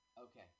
Okay